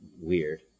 weird